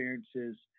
experiences